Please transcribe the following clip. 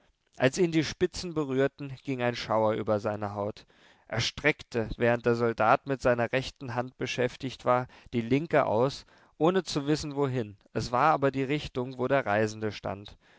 als ihn die spitzen berührten ging ein schauer über seine haut er streckte während der soldat mit seiner rechten hand beschäftigt war die linke aus ohne zu wissen wohin es war aber die richtung wo der reisende stand